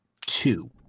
two